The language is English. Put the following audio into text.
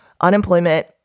unemployment